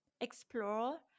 explore